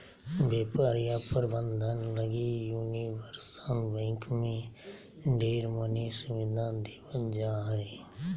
व्यापार या प्रबन्धन लगी यूनिवर्सल बैंक मे ढेर मनी सुविधा देवल जा हय